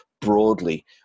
broadly